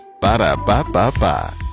Ba-da-ba-ba-ba